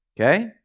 okay